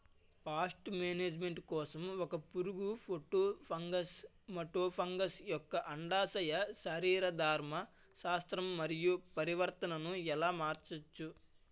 Paste management కోసం ఒక పురుగు ఫైటోఫాగస్హె మటోఫాగస్ యెక్క అండాశయ శరీరధర్మ శాస్త్రం మరియు ప్రవర్తనను ఎలా మార్చచ్చు?